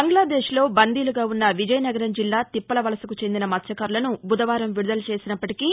బంగ్లాదేశ్ లో బందీలుగా ఉన్న విజయనగరం జిల్లా తిప్పలవలస కు చెందిన మత్స్వకారులను బుధవారం విడుదల చేసినప్పటికీ